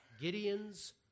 Gideon's